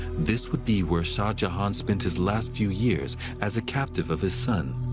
this would be where shah jahan spent his last few years as a captive of his son,